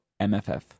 MFF